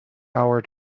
hour